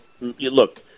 look